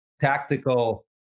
tactical